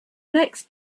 next